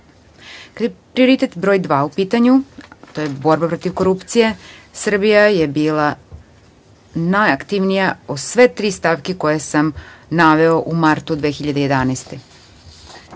prioritet broj dva u pitanju, a to je borba protiv korupcije, Srbija je bila najaktivnija po sve tri stavke koje sam naveo u martu 2011.